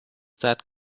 that